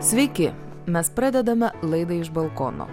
sveiki mes pradedame laidą iš balkono